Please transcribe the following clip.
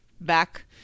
back